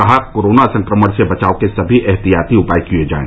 कहा कोरोना संक्रमण से बचाव के सभी एहतियाती उपाय किए जाएं